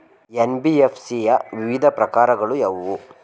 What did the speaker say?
NBFC ಯ ವಿವಿಧ ಪ್ರಕಾರಗಳು ಯಾವುವು?